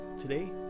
today